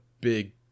big